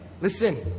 Listen